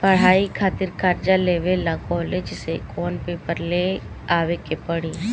पढ़ाई खातिर कर्जा लेवे ला कॉलेज से कौन पेपर ले आवे के पड़ी?